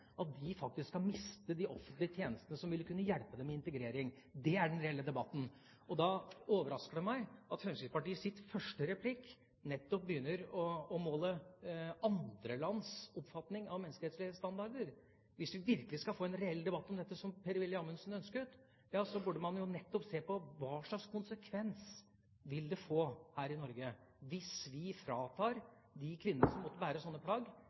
faktisk skal miste de offentlige tjenestene som ville kunne hjelpe dem med integrering? Det er den reelle debatten. Og da overrasker det meg at Fremskrittspartiet i sin første replikk begynner å måle andre lands oppfatning av menneskerettslige standarder. Hvis vi virkelig skal få en reell debatt om dette, som Per-Willy Amundsen ønsker, burde man jo nettopp se på hva slags konsekvenser det vil få her i Norge hvis vi fratar de kvinnene som måtte bære sånne plagg,